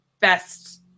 best